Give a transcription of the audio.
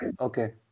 okay